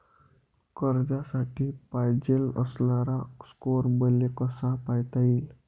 कर्जासाठी पायजेन असणारा स्कोर मले कसा पायता येईन?